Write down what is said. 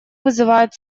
вызывает